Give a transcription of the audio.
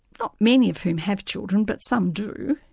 not many of whom have children, but some do,